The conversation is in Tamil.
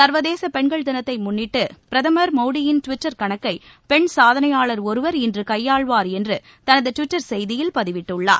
சர்வதேச பெண்கள் தினத்தை முன்னிட்டு பிரதமர் மோடியின் டுவிட்டர் கணக்கை பெண் சாதனையாளர் ஒருவர் இன்று கையாள்வார் என்று தனது டுவிட்டர் செய்தியில் பதிவிட்டுள்ளார்